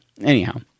anyhow